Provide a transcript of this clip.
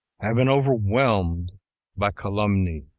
have been overwhelmed by calumny.